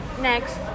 next